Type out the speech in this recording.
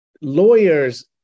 lawyers